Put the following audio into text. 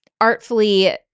artfully